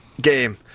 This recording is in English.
game